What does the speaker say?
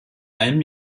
allem